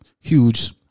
huge